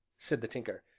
said the tinker,